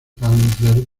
van